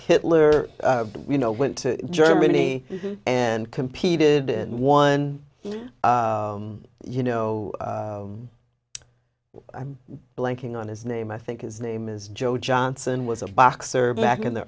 hitler you know went to germany and competed in one you know i'm blanking on his name i think his name is joe johnson was a boxer back in the